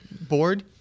board